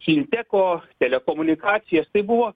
finteko telekomunikacijas tai buvo